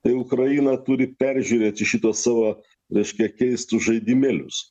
tai ukraina turi peržiūrėti šituos savo laiške keistus žaidimėlius